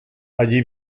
allí